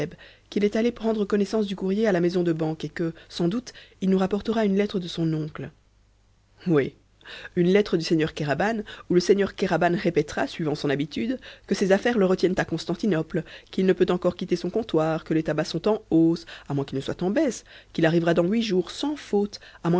qu'il est allé prendre connaissance du courrier à la maison de banque et que sans doute il nous rapportera une lettre de son oncle oui une lettre du seigneur kéraban où le seigneur kéraban répétera suivant son habitude que ses affaires le retiennent à constantinople qu'il ne peut encore quitter son comptoir que les tabacs sont en hausse à moins qu'ils ne soient en baisse qu'il arrivera dans huit jours sans faute